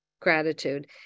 gratitude